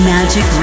Magic